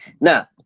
now